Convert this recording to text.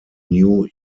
new